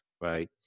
Right